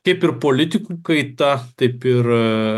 kaip ir politikų kaita taip ir